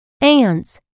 Ants